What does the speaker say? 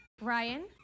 Ryan